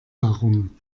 darum